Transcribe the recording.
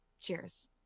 Cheers